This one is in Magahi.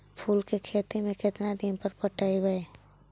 फूल के खेती में केतना दिन पर पटइबै?